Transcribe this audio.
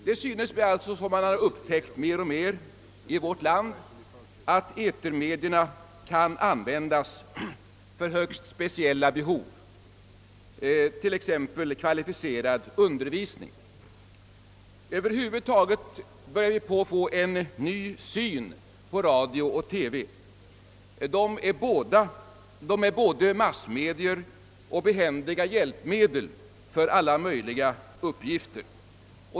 Det synes mig alltså som om man i vårt land allt klarare kommit till insikt om att etermedierna kan användas för högst speciella behov, t.ex. kvalificerad undervisning. Över huvud taget börjar vi få en ny syn på radio och TV. De är både massmedier och behändiga hjälpmedel för alla möjliga uppgifter.